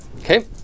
Okay